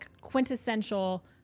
quintessential